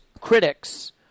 critics